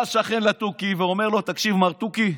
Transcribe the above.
בא השכן לתוכי ואומר לו: תקשיב מר תוכי,